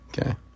Okay